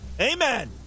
Amen